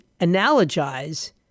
analogize